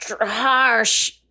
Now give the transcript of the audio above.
harsh